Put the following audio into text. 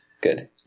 Good